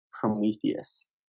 Prometheus